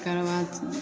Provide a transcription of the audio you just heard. तकर बाद